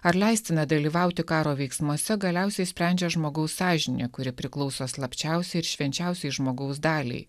ar leistina dalyvauti karo veiksmuose galiausiai sprendžia žmogaus sąžinė kuri priklauso slapčiausia ir švenčiausioji žmogaus daliai